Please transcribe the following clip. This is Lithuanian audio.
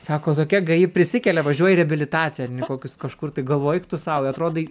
sako tokia gaji prisikelia važiuoja į reabilitaciją kokius kažkur tai galvoji eik tu sau atrodai